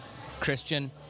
Christian